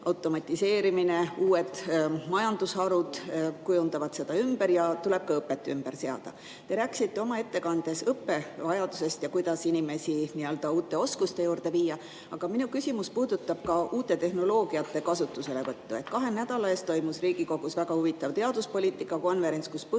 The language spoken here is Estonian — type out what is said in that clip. automatiseerimine ja uued majandusharud kujundavad seda ümber ja tuleb ka õpe ümber seada. Te rääkisite oma ettekandes õppe vajadusest, kuidas inimesi nii-öelda uute oskuste juurde viia. Aga minu küsimus puudutab uute tehnoloogiate kasutuselevõttu. Kahe nädala eest toimus Riigikogus väga huvitav teaduspoliitika konverents, kus